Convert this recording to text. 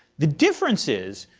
the difference is,